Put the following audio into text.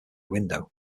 window